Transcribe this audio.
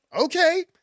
okay